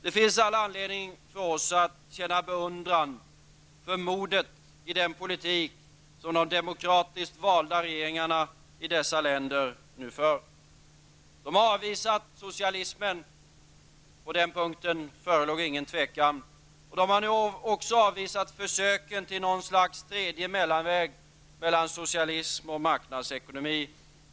Det finns all anledning för oss att känna beundran för den politik som de demokratiskt valda regeringarna i dessa länder nu för. De har avvisat socialismen -- på den punkten förelåg ingen tvekan -- och de har nu också avvisat försöken till något slags tredje väg mellan socialism och marknadsekonomi.